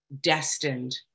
destined